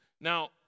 Now